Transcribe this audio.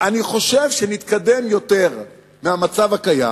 אני חושב שנתקדם יותר מהמצב הקיים.